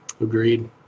Agreed